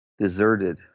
deserted